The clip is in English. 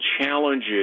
challenges